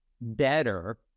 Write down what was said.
better